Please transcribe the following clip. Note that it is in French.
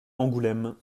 angoulême